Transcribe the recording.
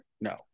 No